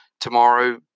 tomorrow